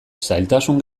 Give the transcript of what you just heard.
zailtasun